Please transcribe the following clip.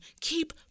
keep